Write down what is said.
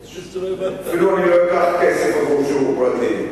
אני אפילו לא אקח כסף על שיעור פרטי.